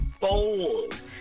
bold